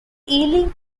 ealing